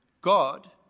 God